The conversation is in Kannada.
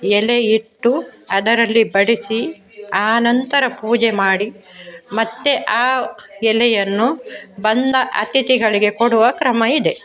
ಎಲೆ ಇಟ್ಟು ಅದರಲ್ಲಿ ಬಡಿಸಿ ಆನಂತರ ಪೂಜೆ ಮಾಡಿ ಮತ್ತೆ ಆ ಎಲೆಯನ್ನು ಬಂದ ಅತಿಥಿಗಳಿಗೆ ಕೊಡುವ ಕ್ರಮ ಇದೆ